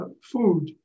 food